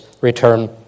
return